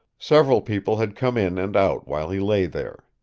several people had come in and out while he lay there.